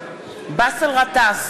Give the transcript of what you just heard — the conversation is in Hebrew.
באסל גטאס,